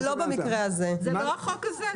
זה לא החוק הזה.